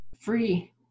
free